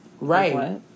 Right